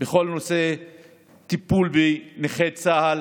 בכל נושא הטיפול בנכי צה"ל